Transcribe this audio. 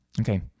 Okay